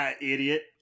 idiot